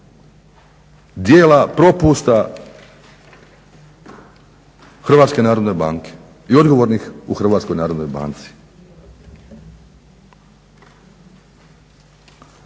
dijela propusta Hrvatske narodne banke i odgovornih u Hrvatskoj narodnoj banci.